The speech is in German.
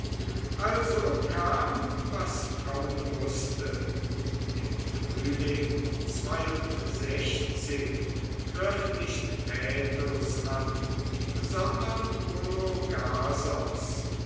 also kam was kommen mußte im frühling griff nicht paetus an sondern